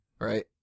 right